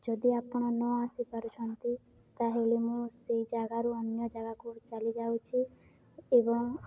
ଯଦି ଆପଣ ନ ଆସିପାରୁଛନ୍ତି ତାହେଲେ ମୁଁ ସେଇ ଜାଗାରୁ ଅନ୍ୟ ଜାଗାକୁ ଚାଲି ଯାଉଛି ଏବଂ